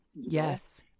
Yes